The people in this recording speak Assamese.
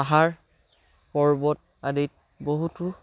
পাহাৰ পৰ্বত আদিত বহুতো